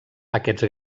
aquests